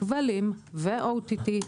כבלים ו-OTT,